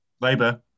Labour